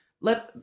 let –